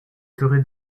serai